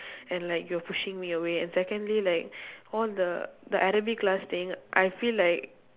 and like you're pushing me away and secondly like all the the arabic class thing I feel like